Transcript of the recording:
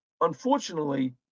unfortunately